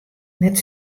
net